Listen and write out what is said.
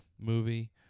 Movie